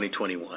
2021